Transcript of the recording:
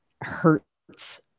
hurts